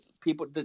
people